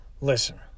listen